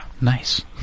Nice